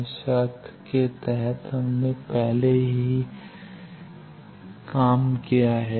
इस शर्त के तहत पहले से ही हम यहाँ हैं